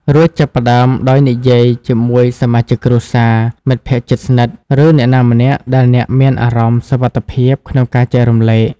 រួចចាប់ផ្តើមដោយនិយាយជាមួយសមាជិកគ្រួសារ មិត្តភក្តិជិតស្និទ្ធ ឬអ្នកណាម្នាក់ដែលអ្នកមានអារម្មណ៍សុវត្ថិភាពក្នុងការចែករំលែក។